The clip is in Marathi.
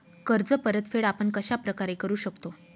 कर्ज परतफेड आपण कश्या प्रकारे करु शकतो?